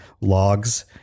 logs